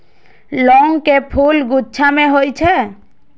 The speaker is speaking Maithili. लौंग के फूल गुच्छा मे होइ छै